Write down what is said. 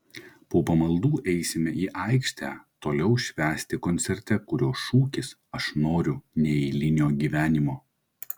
po pamaldų eisime į aikštę toliau švęsti koncerte kurio šūkis aš noriu neeilinio gyvenimo